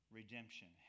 redemption